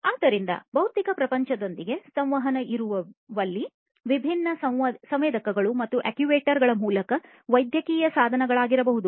ಆದ್ದರಿಂದ ಭೌತಿಕ ಪ್ರಪಂಚದೊಂದಿಗೆ ಸಂವಹನ ಇರುವಲ್ಲಿ ವಿಭಿನ್ನ ಸಂವೇದಕಗಳು ಮತ್ತು ಅಕ್ಚುಯೇಟರ್ಗಳ ಮೂಲಕ ವೈದ್ಯಕೀಯ ಸಾಧನಗಳಾಗಿರಬಹುದು